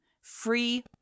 Free